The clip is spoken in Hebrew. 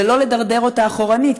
ולא לדרדר אותה אחורנית?